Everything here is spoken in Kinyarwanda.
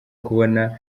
kubona